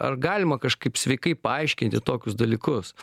ar galima kažkaip sveikai paaiškinti tokius dalykus